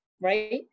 right